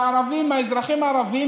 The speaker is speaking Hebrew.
והאזרחים הערבים,